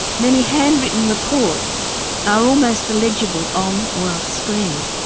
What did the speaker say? many handwritten reports are almost illegible on or off screen.